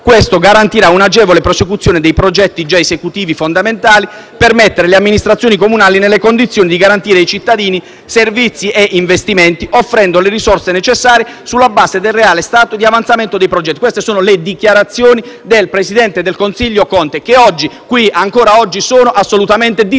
questo garantirà un'agevole prosecuzione dei progetti già esecutivi, fondamentali per mettere le amministrazioni comunali nelle condizioni di garantire ai cittadini servizi e investimenti, offrendo le risorse necessarie sulla base del reale stato di avanzamento dei progetti». Queste sono le dichiarazioni del presidente del Consiglio Conte, che qui ancora oggi sono assolutamente disattese.